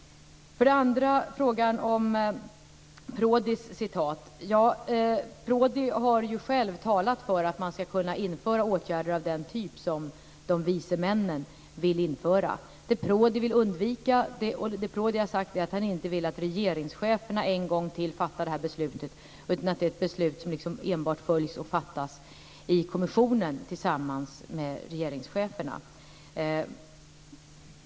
För det andra var det frågan om Prodis citat. Prodi har ju själv talat för att man ska kunna införa åtgärder av den typ som "de vice männen" vill införa. Det Prodi har sagt är att han inte vill att regeringscheferna en gång till fattar det här beslutet utan att det ska vara ett beslut som enbart följs och fattas i kommissionen tillsammans med regeringscheferna.